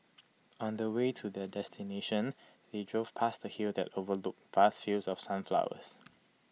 on the way to their destination they drove past A hill that overlooked vast fields of sunflowers